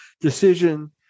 decision